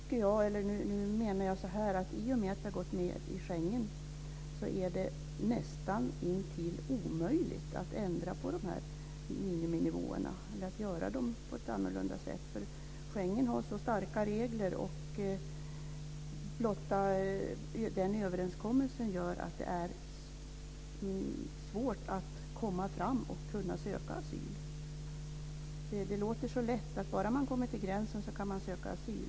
I och med att vi har gått med i Schengen är det nästan intill omöjligt att ändra på miniminivåerna. Schengen har så starka regler, och blotta överenskommelsen gör att det är svårt att söka asyl. Det låter så lätt; bara man kommer till gränsen kan man söka asyl.